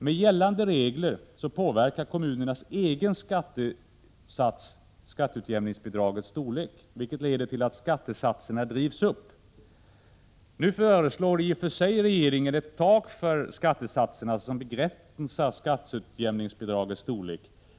Med gällande regler påverkar kommunernas egen skattesats skatteutjämningsbidragens storlek, vilket leder till att skattesatserna drivs upp. Nu föreslår i och för sig regeringen ett tak för skattesatserna som begränsar skatteutjämningsbidragets storlek.